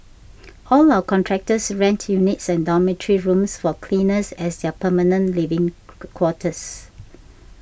all our contractors rent units and dormitory rooms for cleaners as their permanent living quarters